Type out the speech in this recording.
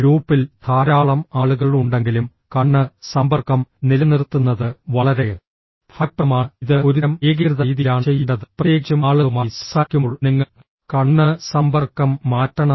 ഗ്രൂപ്പിൽ ധാരാളം ആളുകൾ ഉണ്ടെങ്കിലും കണ്ണ് സമ്പർക്കം നിലനിർത്തുന്നത് വളരെ ഫലപ്രദമാണ് ഇത് ഒരുതരം ഏകീകൃത രീതിയിലാണ് ചെയ്യേണ്ടത് പ്രത്യേകിച്ചും ആളുകളുമായി സംസാരിക്കുമ്പോൾ നിങ്ങൾ കണ്ണ് സമ്പർക്കം മാറ്റണം